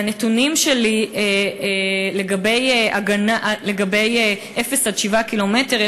מהנתונים שלי לגבי אפס עד 7 קילומטרים,